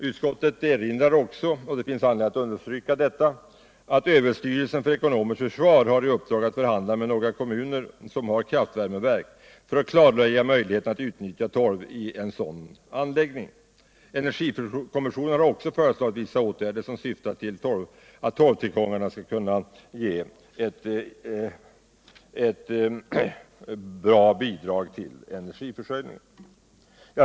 Utskottet erinrar också om — och det finns anledning att understryka det — att överstyrelsen för ekonomiskt försvar har i uppdrag att förhandla med några kommuner som har kraftvärmeverk för att klargöra möjligheterna att utnyttja torv i ett sådan anläggning. Energikommissionen har föreslagit vissa åtgärder som syftar till att torvtillgångarna skall kunna ge ett bra bidrag till energiförsörjningen.